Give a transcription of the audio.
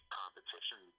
competition